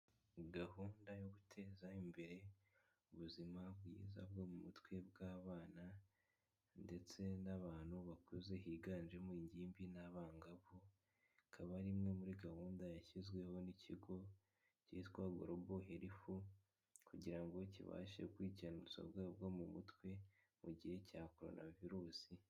Gahunda yo guteza imbere ubuzima bwiza bwo mu mutwe bw'abana ndetse n'abantu bakuze, higanjemo ingimbi n'abangavu, ikaba ari imwe muri gahunda yashyizweho n'ikigo cyitwa Global Health kugira ngo kibashe gukurikirana ubuzima bwo mu mutwe mu gihe cya Coronavirus.